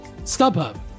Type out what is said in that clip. StubHub